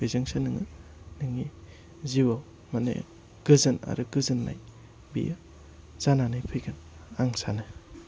बेजोंसो नोयो नोंनि जिउआव माने गोजोन आरो गोजोननाय बियो जानानै फैगोन आं सानो